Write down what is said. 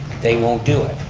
they won't do it.